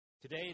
Today